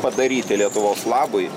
padaryti lietuvos labui